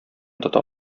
тота